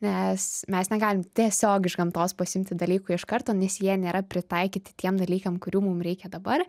nes mes negalim tiesiog iš gamtos pasiimti dalykų iš karto nes jie nėra pritaikyti tiem dalykam kurių mum reikia dabar